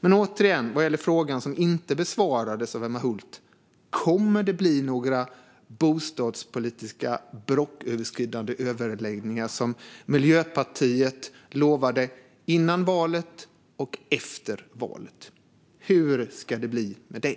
Men återigen, vad gäller frågan som inte besvarades av Emma Hult: Kommer det att bli några bostadspolitiska blocköverskridande överläggningar, som Miljöpartiet lovade före valet och efter valet? Hur ska det bli med det?